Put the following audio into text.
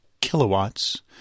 kilowatts